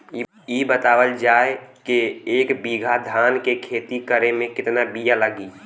इ बतावल जाए के एक बिघा धान के खेती करेमे कितना बिया लागि?